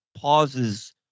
pauses